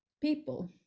people